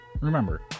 Remember